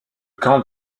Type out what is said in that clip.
camp